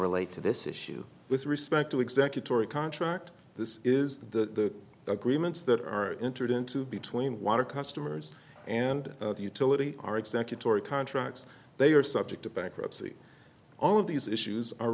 relate to this issue with respect to executive or a contract this is the agreements that are interesting too between water customers and utility are executor of contracts they are subject to bankruptcy all of these issues are